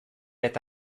eta